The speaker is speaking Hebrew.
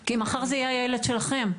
כי מחר זה יהיה הילד שלכן,